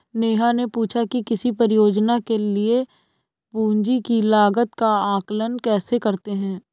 नेहा ने पूछा कि किसी परियोजना के लिए पूंजी की लागत का आंकलन कैसे करते हैं?